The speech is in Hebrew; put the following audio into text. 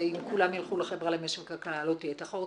ואם כולם יילכו למשק וכלכלה לא תהיה תחרות,